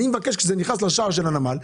אלא אני מבקש שכאשר זה נכנס לשער של הנמל,